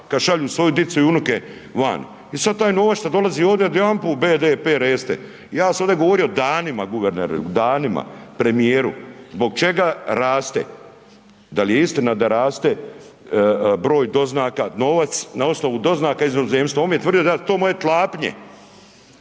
kad šalju svoju dicu i unuke vani i sav taj novac što dolazi ovdi odjedanput BDP reste, ja sam ovdje govorio danima guverneru, danima premijeru zbog čega raste, da li je istina da raste broj doznaka, novac na osnovu doznaka iz inozemstva, on mi je tvrdio da su to moje tlapnje,